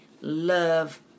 love